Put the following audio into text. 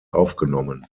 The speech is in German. aufgenommen